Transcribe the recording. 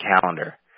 calendar